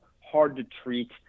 hard-to-treat